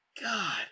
God